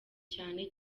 cyane